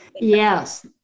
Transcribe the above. Yes